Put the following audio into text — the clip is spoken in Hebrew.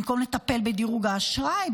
במקום לטפל בדירוג האשראי,